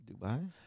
Dubai